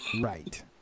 Right